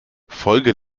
folge